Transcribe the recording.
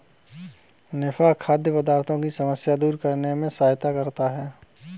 निफा खाद्य पदार्थों की समस्या दूर करने में सहायता करता है